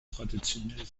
traditionell